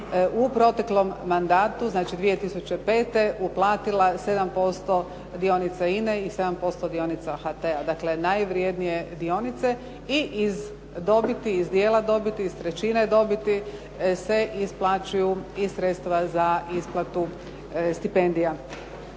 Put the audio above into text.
u proteklom mandatu znači 2005. uplatila 7% dionica INA-e i 7% dionica HT-a. Dakle, najvrednije dionice. I iz dobiti, iz dijela dobiti, iz trećine dobiti se isplaćuju i sredstva za isplatu stipendija.